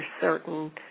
certain